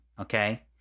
okay